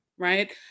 Right